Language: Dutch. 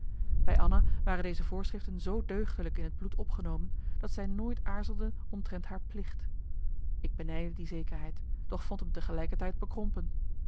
bij anna waren deze voorschriften zoo deugdelijk in het bloed opgenomen dat zij nooit aarzelde omtrent haar plicht ik benijdde die zekerheid doch vond m tegelijkertijd bekrompen